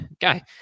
guy